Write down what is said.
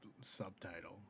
subtitle